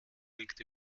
liegt